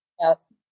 yes